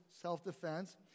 self-defense